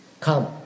come